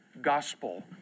Gospel